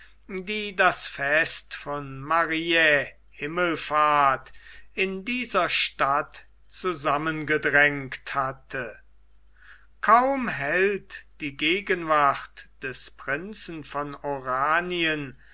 die das fest von maria himmelfahrt in dieser stadt zusammengedrängt hatte kaum hält die gegenwart des prinzen von oranien